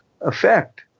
effect